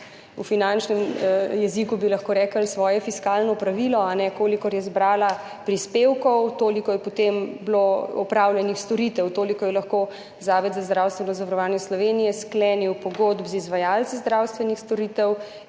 v finančnem jeziku bi lahko rekli, svoje fiskalno pravilo, kolikor je zbrala prispevkov, toliko je potem bilo opravljenih storitev, toliko je lahko Zavod za zdravstveno zavarovanje Slovenije sklenil pogodb z izvajalci zdravstvenih storitev